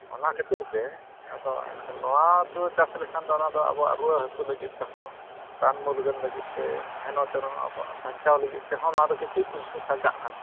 ᱚᱱᱟ ᱠᱷᱟᱹᱛᱤᱨ ᱛᱮ ᱟᱫᱚ ᱮᱱᱠᱷᱟᱱ ᱱᱚᱣᱟ ᱫᱩᱣᱟᱹ ᱪᱟᱥ ᱞᱮᱠᱷᱟᱱ ᱫᱚ ᱚᱱᱟ ᱫᱚ ᱟᱵᱚᱣᱟᱜ ᱨᱩᱣᱟᱹ ᱦᱟᱹᱥᱩ ᱞᱟᱹᱜᱤᱫ ᱛᱮᱦᱚᱸ ᱨᱟᱱ ᱢᱩᱨᱜᱟᱹᱱ ᱞᱟᱜᱤᱫ ᱛᱮ ᱦᱮᱱᱚᱛᱮᱱᱚ ᱟᱵᱚᱣᱟᱜ ᱥᱟᱧᱪᱟᱣ ᱞᱟᱹᱜᱤᱫ ᱛᱮᱦᱚᱸ ᱱᱚᱣᱟ ᱫᱚ ᱠᱤᱪᱷᱩ ᱯᱩᱭᱥᱟᱹ ᱥᱟᱧᱪᱟᱜ ᱠᱟᱱᱟ